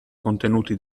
contenuti